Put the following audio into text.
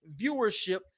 viewership